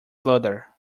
flounder